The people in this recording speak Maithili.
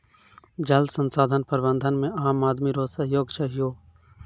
जल संसाधन प्रबंधन मे आम आदमी रो सहयोग चहियो